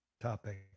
topic